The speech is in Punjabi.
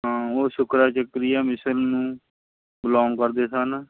ਹਾਂ ਉਹ ਸ਼ੁਕਰਾ ਚੱਕਰੀਆ ਮਿਸਲ ਨੂੰ ਬਿਲੋਂਗ ਕਰਦੇ ਸਨ